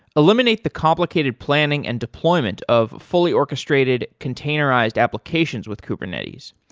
eliminate the complicated planning and deployment of fully orchestrated containerized applications with kubernetes.